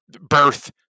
birth